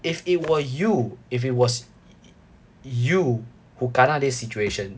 if it were you if it was you who kena this situation